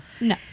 No